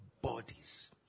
bodies